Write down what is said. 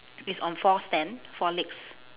it's on four stand four legs